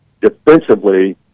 Defensively